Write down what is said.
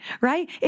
right